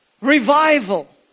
Revival